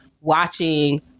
watching